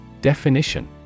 Definition